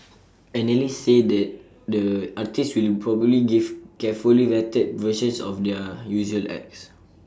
analysts say the artists will probably give carefully vetted versions of their usual acts